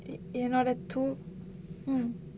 என்னோட தூக்~:ennoda thook~ mm